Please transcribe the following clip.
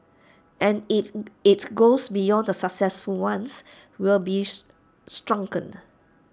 and if IT goes beyond the successful ones we'll be shrunken